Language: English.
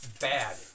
Bad